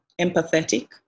empathetic